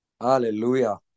Hallelujah